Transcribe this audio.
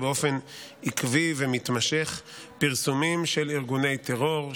באופן עקבי ומתמשך פרסומים של ארגוני טרור,